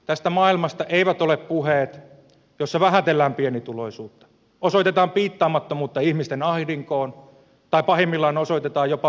tästä maailmasta eivät ole puheet joissa vähätellään pienituloisuutta osoitetaan piittaamattomuutta ihmisten ahdinkoon tai pahimmillaan osoitetaan jopa vieraantuneisuutta arjesta